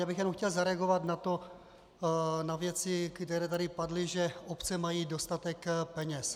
Já bych jenom chtěl zareagovat na věci, které tady padly, že obce mají dostatek peněz.